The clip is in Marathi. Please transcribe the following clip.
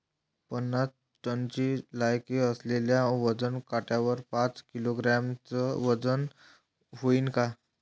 पन्नास टनची लायकी असलेल्या वजन काट्यावर पाच किलोग्रॅमचं वजन व्हईन का?